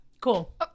cool